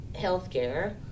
healthcare